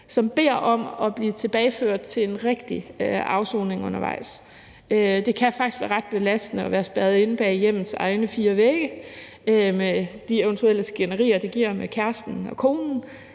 beder om at blive tilbageført til en rigtig afsoning. Det kan faktisk være ret belastende at være spærret inde bag hjemmets egne fire vægge med de eventuelle skænderier, det giver med kæresten og konen,